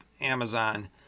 Amazon